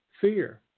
fear